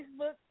Facebook